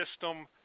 system